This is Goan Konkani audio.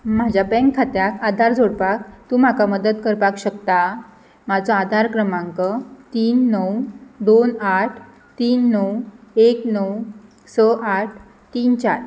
म्हज्या बँक खात्याक आदार जोडपाक तूं म्हाका मदत करपाक शकता म्हाजो आधार क्रमांक तीन णव दोन आठ तीन णव एक णव स आठ तीन चार